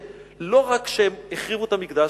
שלא רק שהם החריבו את המקדש,